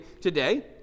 today